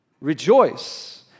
Rejoice